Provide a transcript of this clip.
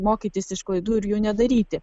mokytis iš klaidų ir jų nedaryti